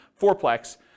fourplex